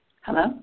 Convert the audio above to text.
Hello